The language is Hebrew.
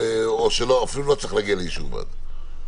או שאפילו לא צריך להגיע לאישור ועדה.